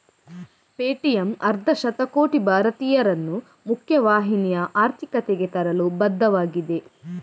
Paytm ಅರ್ಧ ಶತಕೋಟಿ ಭಾರತೀಯರನ್ನು ಮುಖ್ಯ ವಾಹಿನಿಯ ಆರ್ಥಿಕತೆಗೆ ತರಲು ಬದ್ಧವಾಗಿದೆ